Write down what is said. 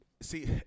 See